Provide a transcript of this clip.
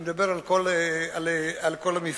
אני מדבר על כל המכשול,